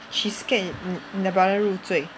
she scared 你你的 brother 入罪